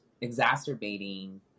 exacerbating